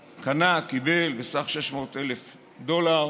קנה, קיבל, בסך 600,000 דולר,